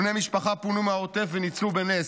בני משפחה פונו מהעוטף וניצלו בנס.